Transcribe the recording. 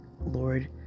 Lord